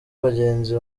bagenzi